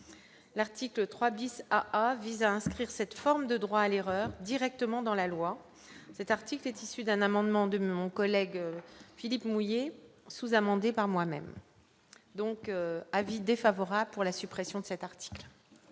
l'article 3 bis à vise à inscrire cette forme de droit à l'erreur directement dans la loi, cet article est issu d'un amendement de mon collègue Philippe. Sous-amendé par moi-même, donc avis défavorable pour la suppression de cet article.